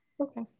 Okay